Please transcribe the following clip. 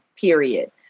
period